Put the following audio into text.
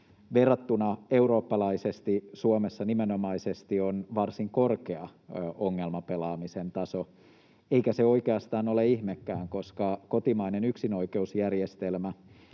verrattuna Suomessa on nimenomaisesti varsin korkea ongelmapelaamisen taso, eikä se oikeastaan ole ihmekään, koska kotimainen yksinoikeusjärjestelmä